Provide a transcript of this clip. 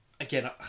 Again